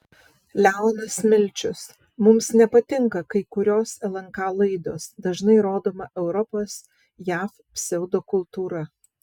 leonas milčius mums nepatinka kai kurios lnk laidos dažnai rodoma europos jav pseudokultūra